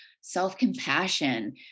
self-compassion